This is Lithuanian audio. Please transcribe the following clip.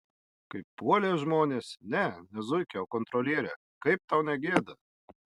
kaip puolė žmonės ne ne zuikę o kontrolierę kaip tau negėda